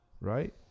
right